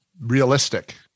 realistic